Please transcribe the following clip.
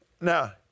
now